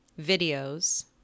videos